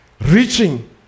reaching